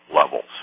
levels